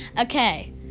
Okay